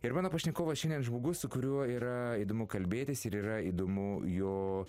ir mano pašnekovas šiandien žmogus su kuriuo yra įdomu kalbėtis ir yra įdomu jo